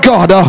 God